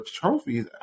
trophies